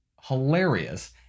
hilarious